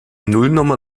nullnummer